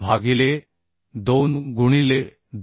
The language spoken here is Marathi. भागिले 2 गुणिले 2